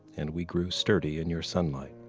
and we grew sturdy in your sunlight.